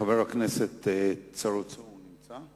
חבר הכנסת צרצור נמצא?